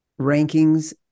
rankings